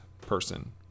person